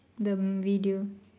the video